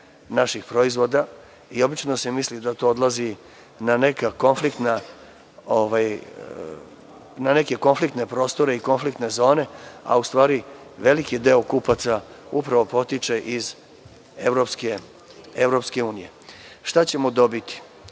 naših proizvoda i obično se misli da to odlazi na neke konfliktne prostore i konfliktne zone, a u stvari veliki deo kupaca upravo potiče iz EU.Šta ćemo dobiti?